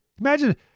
Imagine